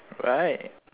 right